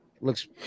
looks